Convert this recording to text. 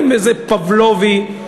זה פבלובי,